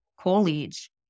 college